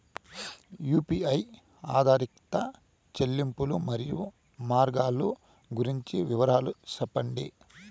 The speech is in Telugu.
యు.పి.ఐ ఆధారిత చెల్లింపులు, మరియు మార్గాలు గురించి వివరాలు సెప్పండి?